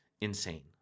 insane